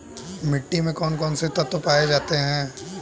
मिट्टी में कौन कौन से तत्व पाए जाते हैं?